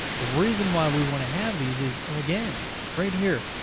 the reason why we want to have these is again right here.